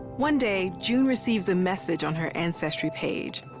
one day, june receives a message on her ancestry page,